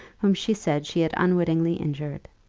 whom she said she had unwittingly injured.